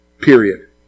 Period